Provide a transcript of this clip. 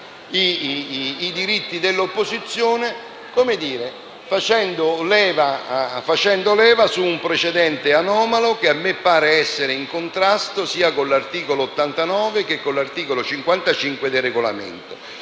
i diritti dell'opposizione facendo leva su un precedente anomalo che a me pare essere in contrasto sia con l'articolo 89 che con l'articolo 55 del Regolamento.